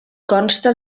consta